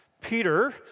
Peter